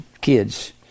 kids